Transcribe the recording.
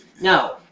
No